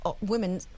women